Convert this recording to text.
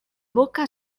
boca